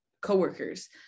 co-workers